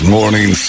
Morning